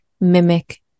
mimic